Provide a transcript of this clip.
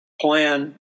plan